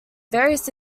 various